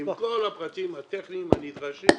עם כל הפרטים הטכניים הנדרשים,